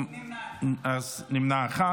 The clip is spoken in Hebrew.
נמנע אחד.